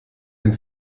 den